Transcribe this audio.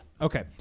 Okay